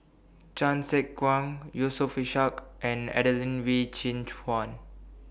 Chan Sek Keong Yusof Ishak and Adelene Wee Chin Suan